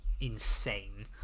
insane